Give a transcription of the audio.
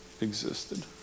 Existed